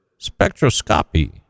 spectroscopy